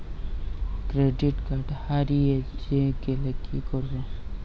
Credit card হারিয়ে গেলে কি করব?